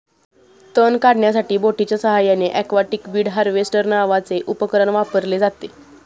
तण काढण्यासाठी बोटीच्या साहाय्याने एक्वाटिक वीड हार्वेस्टर नावाचे उपकरण वापरले जाते